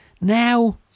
Now